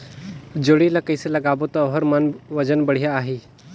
जोणी ला कइसे लगाबो ता ओहार मान वजन बेडिया आही?